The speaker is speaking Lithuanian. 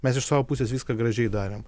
mes iš savo pusės viską gražiai darėm